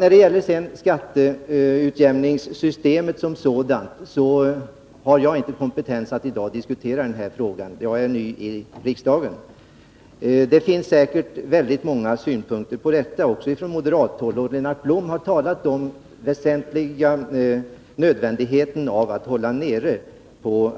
När det sedan gäller skatteutjämningssystemet som sådant har jag inte kompetens att i dag diskutera den frågan. Jag är ny i riksdagen. Det finns säkert väldigt många synpunkter på detta, också från moderat håll, och Lennart Blom har talat om nödvändigheten av att hålla nere